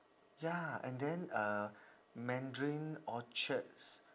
ya and then uh mandarin orchard's